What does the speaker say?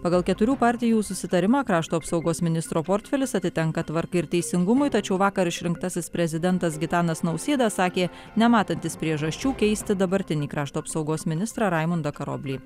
pagal keturių partijų susitarimą krašto apsaugos ministro portfelis atitenka tvarkai ir teisingumui tačiau vakar išrinktasis prezidentas gitanas nausėda sakė nematantis priežasčių keisti dabartinį krašto apsaugos ministrą raimundą karoblį